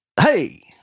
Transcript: Hey